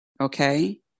okay